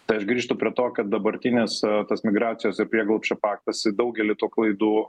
tai aš grįžtu prie to kad dabartinis tas migracijos ir prieglobsčio paktas daugelį tų klaidų